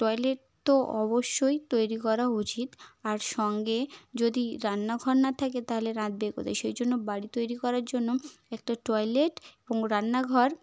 toilet তো অবশ্যই তৈরি করা উচিত আর সঙ্গে যদি রান্নাঘর না থাকে তাহলে রাঁধবে কোথায় সেই জন্য বাড়ি তৈরি করার জন্য একটা টয়লেট এবং রান্নাঘর